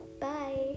bye